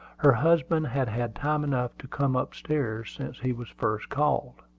her husband had had time enough to come up-stairs since he was first called,